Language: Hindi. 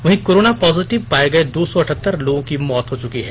वहीं कोरोना पॉजिटिव पाए गए दो सौ अठहतर लोगों की मौत भी हो चुकी है